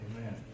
Amen